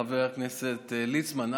חבר הכנסת ליצמן,